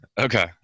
Okay